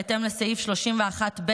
בהתאם לסעיף 31(ב)